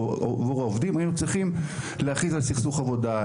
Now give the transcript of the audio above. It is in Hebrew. העובדים היינו צריכים להכריז על סכסוך עבודה,